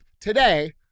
today